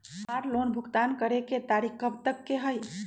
हमार लोन भुगतान करे के तारीख कब तक के हई?